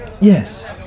Yes